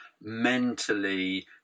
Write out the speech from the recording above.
mentally